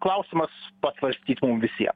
klausimas pasvarstyt mum visiem